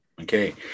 Okay